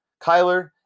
Kyler